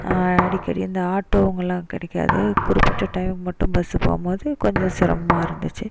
அடிக்கடி இந்த ஆட்டோங்களா கிடைக்காது குறிப்பிட்ட டைம் மட்டும் பஸ்ஸு போகும் போது கொஞ்ச சிரம்மாக இருந்துச்சு